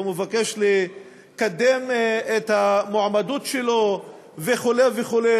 מבקש לקדם את המועמדות שלו וכו' וכו',